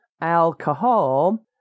alcohol